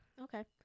Okay